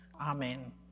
Amen